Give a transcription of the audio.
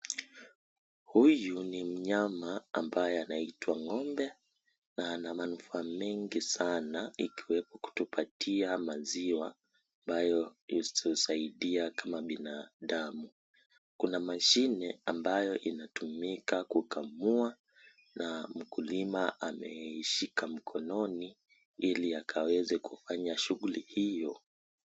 Huyu ni mnyama ambaye anaitwa ng'ombe. Na ana manufaa mingi sana ikiwepo kutupatia maziwa ambayo hutusaidia kama binadamu. Kuna mashine ambayo inatumika kukamua. Na mkulima ameishika mkononi ili akaweze kufanya shughuli hiyo.